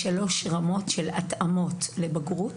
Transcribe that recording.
יש שלוש רמות של התאמות לבגרות,